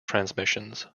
transmissions